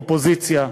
אופוזיציה,